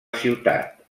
ciutat